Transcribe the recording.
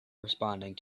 responding